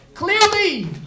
clearly